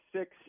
six